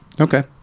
Okay